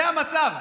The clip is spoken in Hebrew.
זה המצב.